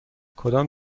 کدام